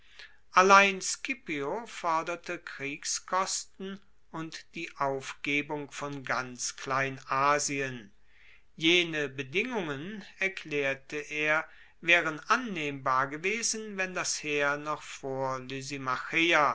allein scipio forderte kriegskosten und die aufgebung von ganz kleinasien jene bedingungen erklaerte er waeren annehmbar gewesen wenn das heer noch vor